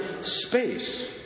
space